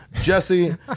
Jesse